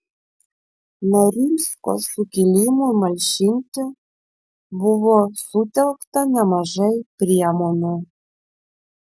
norilsko sukilimui malšinti buvo sutelkta nemažai priemonių